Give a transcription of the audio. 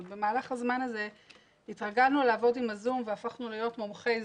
אבל במהלך הזמן הזה התרגלנו לעבוד עם "הזום" והפכנו להיות מומחי "זום",